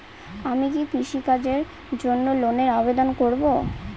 আমি কি কৃষিকাজের জন্য লোনের আবেদন করব?